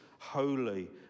holy